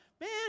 Man